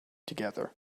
together